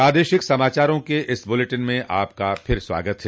प्रादेशिक समाचारों के इस बुलेटिन में आपका फिर से स्वागत है